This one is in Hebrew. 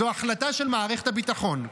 זו החלטה של מערכת הביטחון.